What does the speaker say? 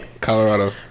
Colorado